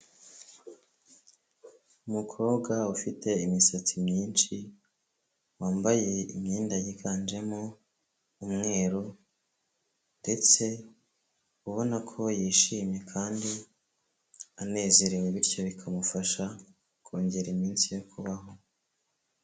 Umukobwa ufite imisatsi myinshi, wambaye imyenda yiganjemo umweru ndetse ubona ko yishimye kandi anezerewe, bityo bikamufasha kongera iminsi yo kubaho.